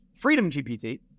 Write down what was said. FreedomGPT